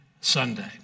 Sunday